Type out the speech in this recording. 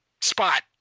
spot